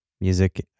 music